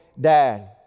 dad